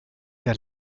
der